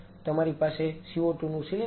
તમારી પાસે CO2 નું સિલિન્ડર છે